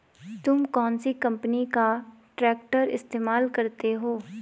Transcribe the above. तुम कौनसी कंपनी का ट्रैक्टर इस्तेमाल करते हो?